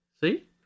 See